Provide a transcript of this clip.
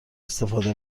استفاده